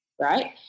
right